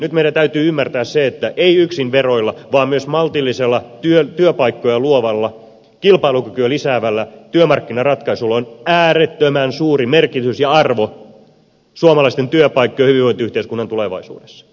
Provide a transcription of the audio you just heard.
nyt meidän täytyy ymmärtää se että ei yksin veroilla vaan myös maltillisella työpaikkoja luovalla kilpailukykyä lisäävällä työmarkkinaratkaisulla on äärettömän suuri merkitys ja arvo suomalaisten työpaikkojen ja hyvinvointiyhteiskunnan tulevaisuudessa